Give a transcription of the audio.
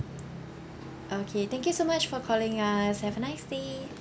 okay thank you so much for calling us have a nice day